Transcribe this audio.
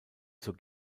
zur